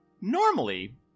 Normally